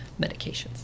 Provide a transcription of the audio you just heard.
medications